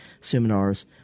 seminars